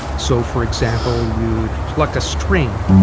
so for example, you'd pluck a string